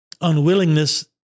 unwillingness